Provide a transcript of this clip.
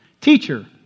Teacher